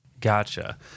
Gotcha